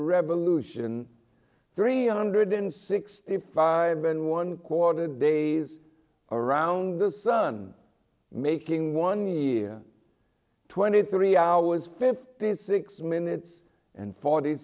revolution three hundred sixty five and one quarter days around the sun making one year twenty three hours fifty six minutes and forty